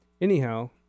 anyhow